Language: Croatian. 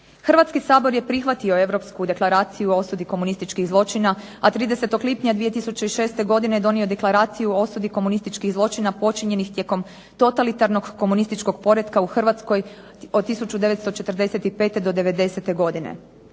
Hrvatski sabor je prihvatio Europsku deklaraciju o osudi komunističkih zločina, a 30. lipnja 2006. godine je donio Deklaraciju o osudi komunističkih zločina počinjenog tijekom totalitarnog komunističkog poretka u Hrvatskoj od 1945. do '90. godine.